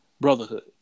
Brotherhood